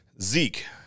Zeke